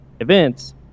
events